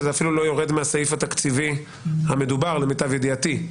וזה אפילו לא יורד מהסעיף התקציבי המדובר למיטב ידיעתי.